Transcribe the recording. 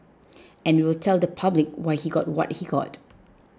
and we will tell the public why he got what he got